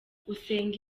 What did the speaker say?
usenge